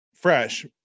fresh